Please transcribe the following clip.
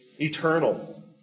eternal